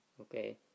Okay